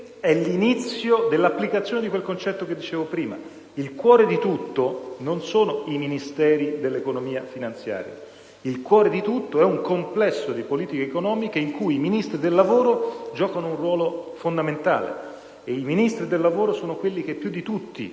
il cuore di tutto è un complesso di politiche economiche in cui i Ministri del lavoro giocano un ruolo fondamentale, perché sono quelli che più di tutti hanno,